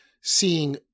seeing